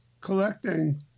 collecting